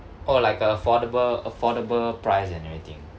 oh like a affordable affordable price and everything